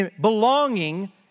belonging